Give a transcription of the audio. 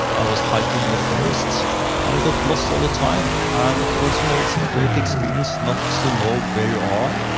i was hiking in the forests and i got lost all the time. and of course, you know it's a great experience not to know where you are,